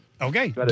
Okay